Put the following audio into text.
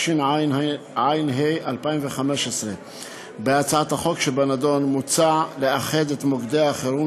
התשע"ה 2015. בהצעת החוק שבנדון מוצע לאחד את מוקדי החירום